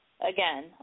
Again